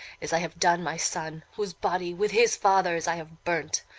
as i have done my son, whose body, with his father's, i have burnt,